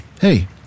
Hey